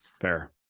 Fair